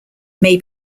may